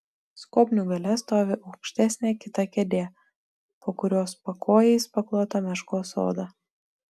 skobnių gale stovi aukštesnė kita kėdė po kurios pakojais paklota meškos oda